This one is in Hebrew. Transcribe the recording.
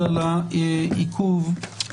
אני מתנצל על העיכוב הקצר.